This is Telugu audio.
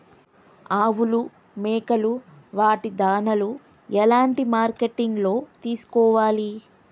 ఆవులు మేకలు వాటి దాణాలు ఎలాంటి మార్కెటింగ్ లో తీసుకోవాలి?